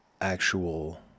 actual